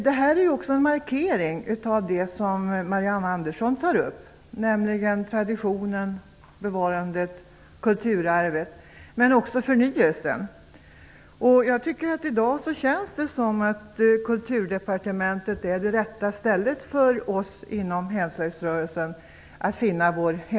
Det här är också en markering av vad Marianne Andersson tar upp, nämligen traditionen, bevarandet, kulturarvet och förnyelsen. I dag känns det som om Kulturdepartementet är rätta stället som hemvist för oss inom Hemslöjdsrörelsen.